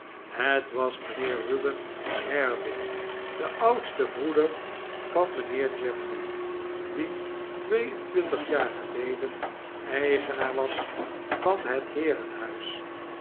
het was mijnheer ruben haredale de oudste broeder van mijnheer geoffrey die twee en twintig jaar geleden eigenaar was van het heerenhuis en